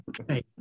Okay